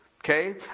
Okay